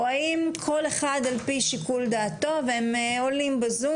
או האם כל אחד על פי שיקול דעתו והם עולים בזום